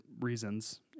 reasons